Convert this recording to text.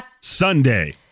Sunday